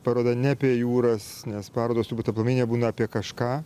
paroda ne apie jūras nes parodos turbūt aplamai nebūna apie kažką